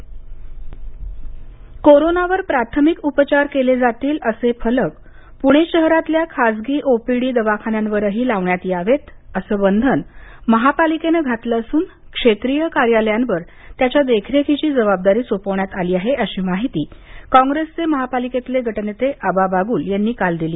OPD फलक कोरोनावर प्राथमिक उपचार केले जातील असे फलक पुणे शहरातल्या खासगी ओपीडी दवाखान्यांवरही लावण्यात यावेत असं बंधन महापालिकेनं घातलं असून क्षेत्रीय कार्यालयांवर याच्या देखरेखीची जबाबदारी सोपवण्यात आली असल्याची माहिती काँग्रेसचे महापालिकेतले गटनेते आबा बागुल यांनी काल दिली